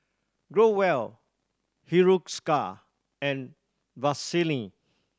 Growell Hiruscar and Vaselin